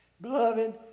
Beloved